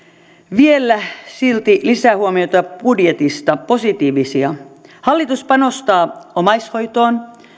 vielä silti lisähuomioita budjetista positiivisia hallitus panostaa omaishoitoon